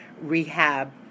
rehab